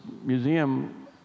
museum